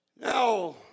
Now